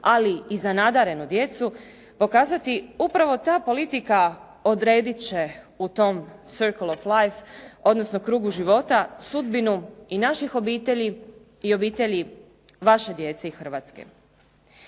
ali i za nadarenu djecu pokazati upravo ta politika odrediti će u tom "circle of life", odnosno krugu života sudbinu i naših obitelji i obitelji vašoj djeci Hrvatske.